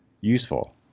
useful